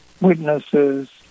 witnesses